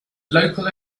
local